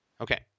Okay